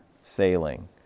sailing